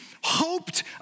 hoped